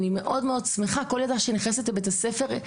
כל ילדה שנכנסת לבית הספר,